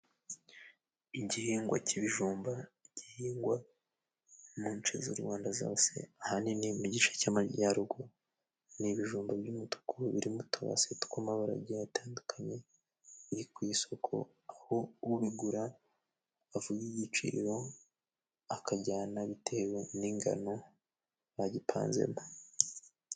Igihingwa cy'ibijumba gihingwa mu nshe z'u Rwanda zose ahanini mu gice cy'amajyaruguru. Ni ibijumba by'umutuku biri mu tubase tw'amabara agiye atandukanye, biri ku isoko aho ubigura bavuga igiciro akajyana bitewe n'ingano bagipanzemo.